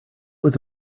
was